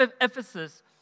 Ephesus